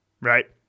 right